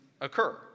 occur